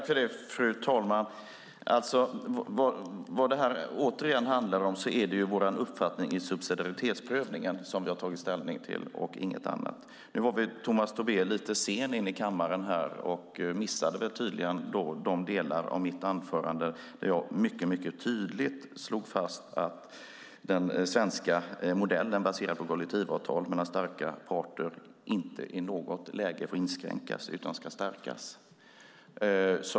Fru talman! Det här handlar om vår uppfattning i subsidiaritetsprövningen. Det är den vi har tagit ställning till och inget annat. Tomas Tobé var lite sen in i kammaren och missade tydligen de delar av mitt anförande där jag mycket tydligt slog fast att den svenska modellen baserad på kollektivavtal mellan starka parter inte i något läge får inskränkas utan ska stärkas.